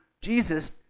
Jesus